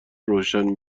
روشن